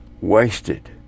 wasted